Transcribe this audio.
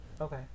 okay